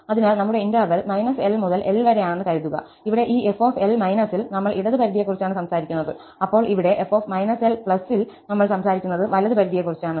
അതിനാൽ നമ്മുടെ interval L മുതൽ L വരെയാണെന്ന് കരുതുക ഇവിടെ ഈ f L− ൽ നമ്മൾ ഇടത് പരിധിയെക്കുറിച്ചാണ് സംസാരിക്കുന്നത് അപ്പോൾ ഇവിടെ f L ൽ നമ്മൾ സംസാരിക്കുന്നത് വലത് പരിധിയെക്കുറിച്ചാണ്